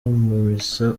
misa